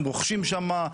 הם רוכשים שם,